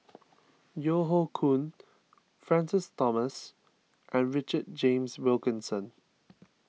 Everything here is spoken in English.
Yeo Hoe Koon Francis Thomas and Richard James Wilkinson